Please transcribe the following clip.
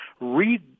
read